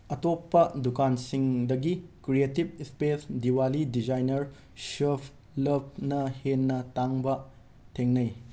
ꯑꯇꯣꯞꯄ ꯗꯨꯀꯥꯟꯁꯤꯡꯗꯒꯤ creative space Diwali designer ꯁꯨꯚ ꯂꯚꯅ ꯍꯦꯟꯅ ꯇꯥꯡꯕ ꯊꯦꯡꯅꯩ